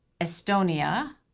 Estonia